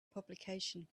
publication